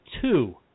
two